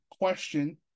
question